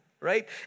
right